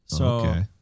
Okay